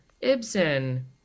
Ibsen